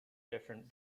different